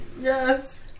Yes